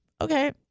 okay